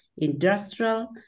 industrial